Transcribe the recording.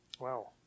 Wow